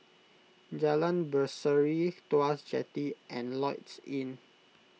Jalan Berseri Tuas Jetty and Lloyds Inn